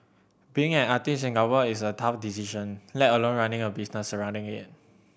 being an artist in Singapore is a tough decision let alone running a business surrounding it